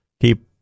keep